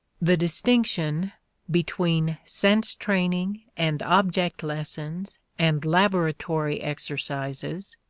the distinction between sense training and object lessons and laboratory exercises,